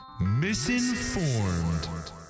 Misinformed